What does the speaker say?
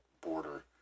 border